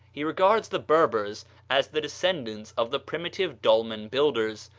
he regards the berbers as the descendants of the primitive dolmen-builders.